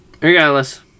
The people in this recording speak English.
regardless